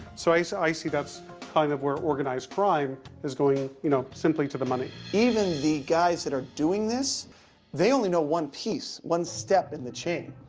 so i so i see that's kind of where organized crime is going, you know simply to the money. even the guys that are doing this they only know one piece, one step in the chain.